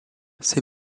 ces